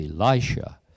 Elisha